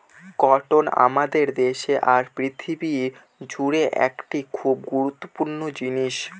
cotton আমাদের দেশে আর পৃথিবী জুড়ে একটি খুব গুরুত্বপূর্ণ জিনিস